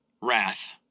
wrath